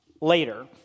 later